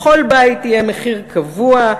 לכל בית יהיה מחיר קבוע.